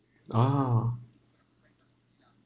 ah